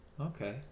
Okay